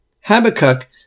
Habakkuk